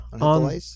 on